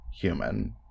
human